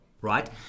right